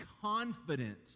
confident